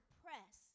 press